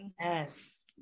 Yes